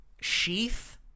sheath